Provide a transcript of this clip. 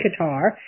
Qatar